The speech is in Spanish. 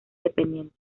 dependientes